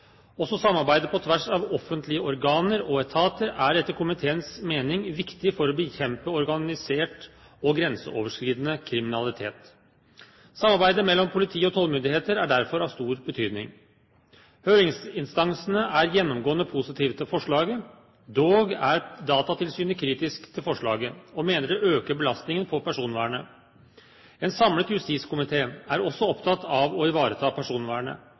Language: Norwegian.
Også samarbeid på tvers av offentlige organer og etater er etter komiteens mening viktig for å bekjempe organisert og grenseoverskridende kriminalitet. Samarbeidet mellom politi og tollmyndigheter er derfor av stor betydning. Høringsinstansene er gjennomgående positive til forslaget. Dog er Datatilsynet kritisk til forslaget og mener det øker belastningen på personvernet. En samlet justiskomité er også opptatt av å ivareta personvernet